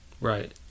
Right